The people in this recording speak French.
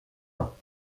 ans